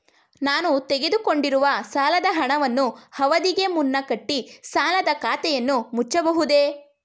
ನಾನು ತೆಗೆದುಕೊಂಡಿರುವ ಸಾಲದ ಹಣವನ್ನು ಅವಧಿಗೆ ಮುನ್ನ ಕಟ್ಟಿ ಸಾಲದ ಖಾತೆಯನ್ನು ಮುಚ್ಚಬಹುದೇ?